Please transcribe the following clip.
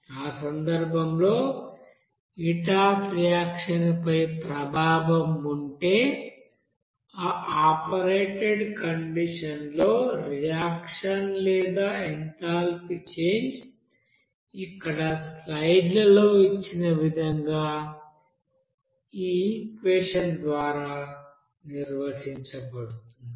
ఆ సందర్భంలోహీట్ of reaction పై ప్రభావం ఉంటే ఆ ఆపరేటెడ్ కండిషన్ లో రియాక్షన్ లేదా ఎంథాల్పీ చేంజ్ ఇక్కడ స్లైడ్లలో ఇచ్చిన విధంగా ఈ ఈక్వెషన్ ద్వారా నిర్వచించబడుతుంది